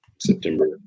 September